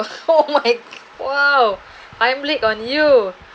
oh my !wow! heimlich on you